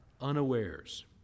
unawares